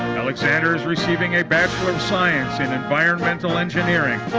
alexander is receiving a bachelor of science in environmental engineering.